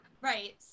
Right